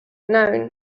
known